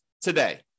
today